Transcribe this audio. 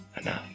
enough